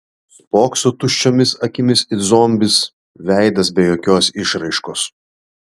spokso tuščiomis akimis it zombis veidas be jokios išraiškos